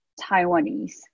Taiwanese